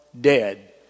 dead